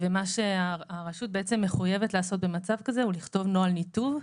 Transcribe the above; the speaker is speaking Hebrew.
מה שהרשות מחויבת לעשות במצב כזה הוא לכתוב נוהל ניתוב.